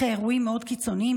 אחרי אירועים מאוד קיצוניים,